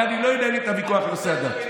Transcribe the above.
ואני לא אנהל את הוויכוח בנושא הדת.